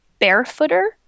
barefooter